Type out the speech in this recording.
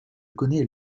connais